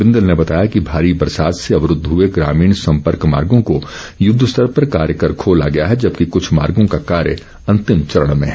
बिंदल ने बताया कि भारी बरसात से अवरूद्व हुए ग्रामीण संपर्क मार्गो को युद्धस्तर पर कार्य कर खोला गया है जबकि कुछ मार्गो का कार्य अंतिम चरण में है